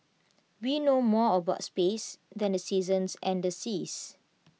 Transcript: we know more about space than the seasons and the seas